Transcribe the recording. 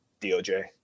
DOJ